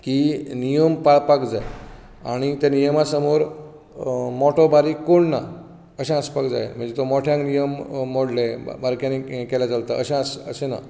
की नियम पाळपाक जाय आनी त्या नियमा समोर मोठो बारीक कोण ना अशें आसपाक जाय म्हणजे तो मोठ्यान नियम मोडले वा बारक्यांनी एक हें केल्यार चलता आस अशें ना